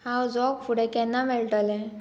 हांव जोग फुडें केन्ना मेळटलें